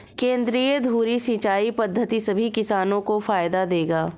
केंद्रीय धुरी सिंचाई पद्धति सभी किसानों को फायदा देगा